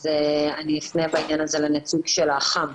אז אני אפנה בעניין הזה לנציג של האח"מ.